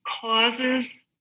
causes